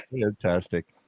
Fantastic